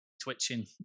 twitching